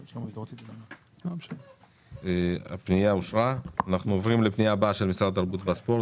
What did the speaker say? הצבעה הפנייה אושרה אנחנו עוברים לפנייה הבאה של משרד התרבות והספורט,